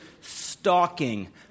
stalking